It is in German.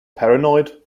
paranoid